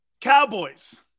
Cowboys